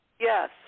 Yes